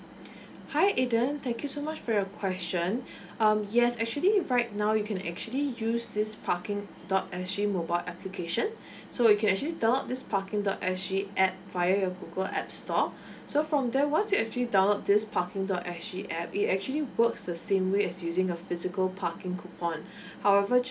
hi aden thank you so much for your question um yes actually right now you can actually use this parking dot S G mobile application so you can actually dowonload this parking dor S G app via your google app store so from there once you actually download this parking dot S G app it actually works the same way as using a physical parking coupon however just